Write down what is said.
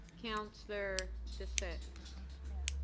counselor di bissette?